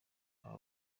aba